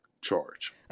charge